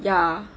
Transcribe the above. ya